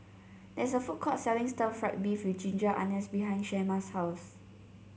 there is a food court selling Stir Fried Beef with Ginger Onions behind Shemar's house